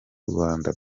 rwanda